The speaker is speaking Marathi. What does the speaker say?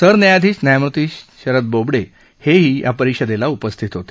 सरन्यायाधीश न्यायमूर्ती शरद बोबडे हेही या परिषदेला उपस्थित होते